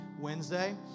Wednesday